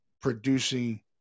producing